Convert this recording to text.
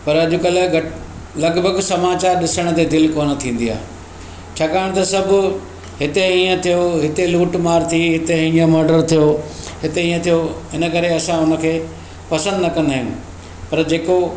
पर अॼु कल्ह घटि लॻिभॻि समाचार ॾिसणु ते दिलि कोन थींदी आहे छाकाणि त सभु हिते ईअं थियो हिते लूटमार थी हिते ईअं मडर थियो हिते ईअं थियो हिनकरे असां उनखे पसंदि न कंदा आहियूं पर जेको